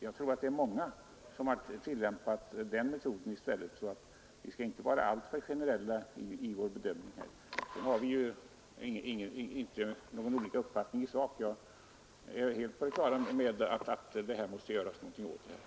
Jag tror att många har tillämpat den metoden, så vi skall inte vara alltför generella i vår bedömning. Men vi har inte några olika uppfattningar i sak. Jag är helt på det klara med att någonting måste göras på den här punkten.